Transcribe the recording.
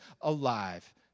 alive